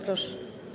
Proszę.